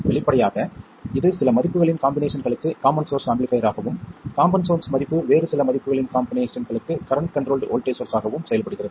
வெளிப்படையாக இது சில மதிப்புகளின் காம்பினேஷன்களுக்கு காமன் சோர்ஸ் ஆம்பிளிஃபைர் ஆகவும் காம்போனென்ட்ஸ்களின் மதிப்பு வேறு சில மதிப்புகளின் காம்பினேஷன்களுக்கு கரண்ட் கண்ட்ரோல்ட் வோல்ட்டேஜ் சோர்ஸ் ஆகவும் செயல்படுகிறது